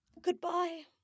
Goodbye